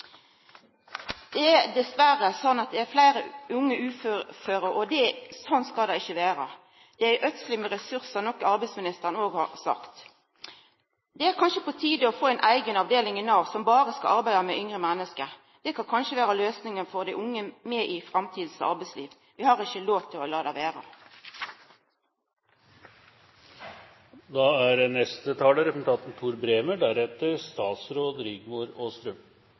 er dessverre sånn at det er blitt fleire unge uføre, og slik skal det ikkje vera. Det er øydsling med ressursar, noko arbeidsministeren òg har sagt. Det er kanskje på tide å få ei eiga avdeling i Nav som berre skal arbeida med yngre menneske. Det kan kanskje vera løysinga for å få dei unge med i eit framtidig arbeidsliv. Vi har ikkje lov til å lata det